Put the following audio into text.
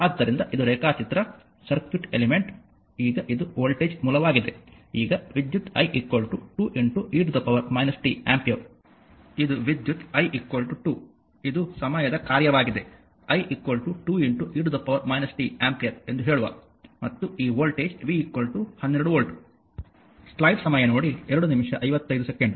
ಆದ್ದರಿಂದ ಇದು ರೇಖಾಚಿತ್ರ ಸರ್ಕ್ಯೂಟ್ ಎಲಿಮೆಂಟ್ ಈಗ ಇದು ವೋಲ್ಟೇಜ್ ಮೂಲವಾಗಿದೆ ಈಗ ವಿದ್ಯುತ್ i 2 e t ಆಂಪಿಯರ್ ಇದು ವಿದ್ಯುತ್ i 2 ಇದು ಸಮಯದ ಕಾರ್ಯವಾಗಿದೆ i 2 e t ಆಂಪಿಯರ್ ಎಂದು ಹೇಳುವ ಮತ್ತು ಈ ವೋಲ್ಟೇಜ್ v 12 ವೋಲ್ಟ್